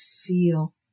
feel